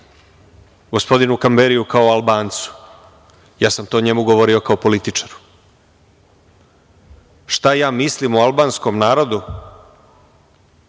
gospodinu Kamberiu kao Albancu, to sam govorio njemu kao političaru. Šta ja mislim o Albanskom narodu